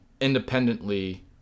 independently